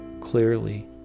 clearly